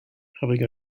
having